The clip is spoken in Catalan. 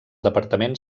departament